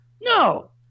no